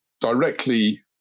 directly